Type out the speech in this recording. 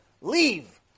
leave